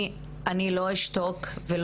אנחנו חושבים שמשרד